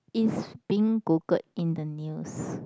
is being Googled in the news